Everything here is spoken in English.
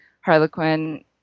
Harlequin